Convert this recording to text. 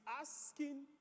asking